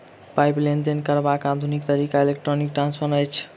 पाइक लेन देन करबाक आधुनिक तरीका इलेक्ट्रौनिक ट्रांस्फर अछि